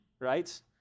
right